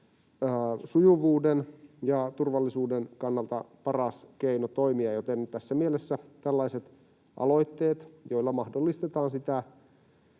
sujuvuuden ja turvallisuuden kannalta paras keino toimia, joten tässä mielessä tällaiset aloitteet, joilla mahdollistetaan